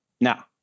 Now